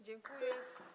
Dziękuję.